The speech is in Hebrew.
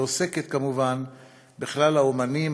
והיא עוסקת כמובן בכלל האמנים,